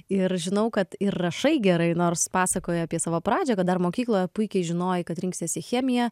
ir žinau kad ir rašai gerai nors pasakojai apie savo pradžią kad dar mokykloje puikiai žinojai kad rinksiesi chemiją